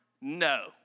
No